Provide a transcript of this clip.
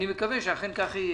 אני מקווה שאכן כך יהיה.